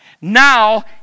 Now